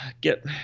get